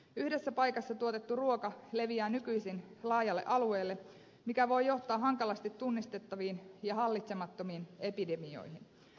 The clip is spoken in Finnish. yhdessä paikassa tuotettu ruoka leviää nykyisin laajalle alueelle mikä voi johtaa hankalasti tunnistettaviin ja hallitsemattomiin epidemioihin